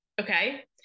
Okay